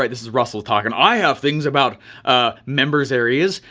like this is russell talking, i have things about members areas,